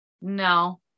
no